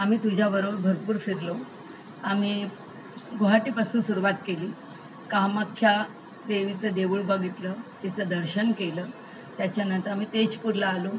आम्ही तुझ्याबरोबर भरपूर फिरलो आमी सु गुहाटीपासून सुरुवात केली कामाख्या देवीचं देऊळ बघितलं तिचं दर्शन केलं त्याच्यानंतर आम्ही तेजपूरला आलो